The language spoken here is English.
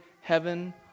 heaven